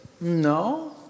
no